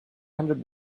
hundred